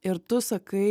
ir tu sakai